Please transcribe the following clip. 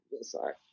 Sorry